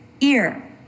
ear